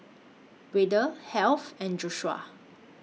Wayde Heath and Joshua